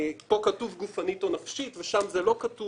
פה כתוב גופנית או נפשית ושם זה לא כתוב.